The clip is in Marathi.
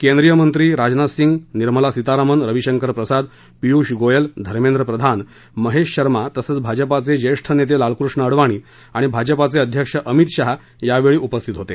केंद्रीय मंत्री राजनाथ सिंग निर्मला सीतारामन रविशंकर प्रसाद पियुष गोयल धर्मेंद्र प्रधान महेश शर्मा तसंच भाजपाचे जेष्ठ नेते लालकृष्ण अडवाणी आणि भाजपाचे अध्यक्ष अमित शहा यावेळी उपस्थित होते